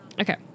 Okay